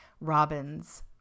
Robins